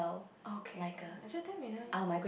okay actually ten million